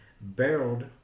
barreled